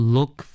Look